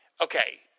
Okay